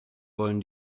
wollen